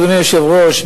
אדוני היושב-ראש,